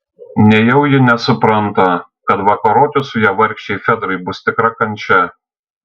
nejau ji nesupranta kad vakaroti su ja vargšei fedrai bus tikra kančia